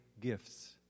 gifts